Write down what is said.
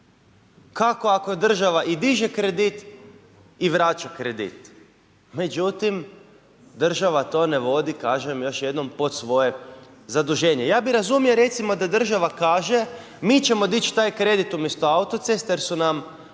Kako ako država i diže kredit i vraća kredit. Međutim, država to ne vodi, kažem još jednom, pod svoje zaduženje. Ja bih razumio recimo da država kaže: mi ćemo dić taj kredit umjesto autocesta jer su nam